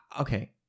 okay